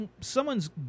someone's